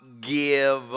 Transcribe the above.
give